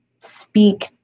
speak